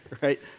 right